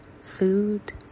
food